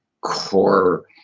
core